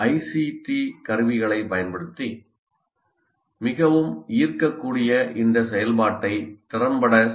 D கருவிகளைப் பயன்படுத்தி மிகவும் ஈர்க்கக்கூடிய இந்த செயல்பாட்டை திறம்பட செய்ய முடியும்